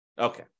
Okay